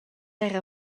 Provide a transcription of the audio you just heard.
era